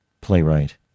playwright